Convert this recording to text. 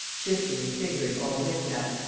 shifting and fingering all the knick-knacks,